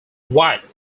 white